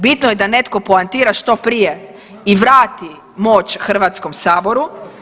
Bitno je da netko poantira što prije i vrati moć Hrvatskom saboru.